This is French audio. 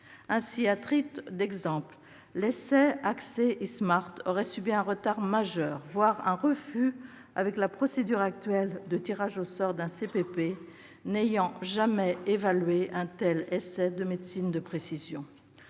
savoir que l'essai AcSé-ESMART aurait subi un retard majeur, voire un refus, avec la procédure actuelle de tirage au sort d'un CPP n'ayant jamais évalué un tel essai de médecine de précision.